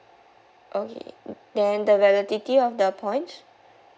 okay then the validity of the points